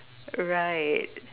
right